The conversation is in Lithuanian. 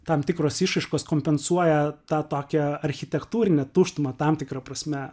tam tikros išraiškos kompensuoja tą tokią architektūrinę tuštumą tam tikra prasme